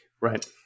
Right